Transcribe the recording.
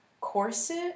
corset